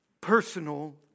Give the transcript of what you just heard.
personal